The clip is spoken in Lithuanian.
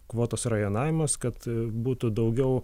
kvotos rajonavimas kad būtų daugiau